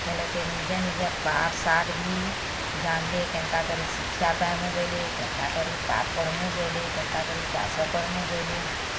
ବେଲେ ସେ ନିଜେ ନିଜେ ପାଠ୍ସାଠ୍ ବି ଜାଣିଲେ କେନ୍ତା କରି ଶିକ୍ଷା ପାଇବୁ ବେଇଲେ କେନ୍ତା କରି ପାଠ ପଢ଼ିମୁ ବୋଇଲେ କେନ୍ତା କରି ଚାଷ କର୍ମୁ ବୋଇଲେ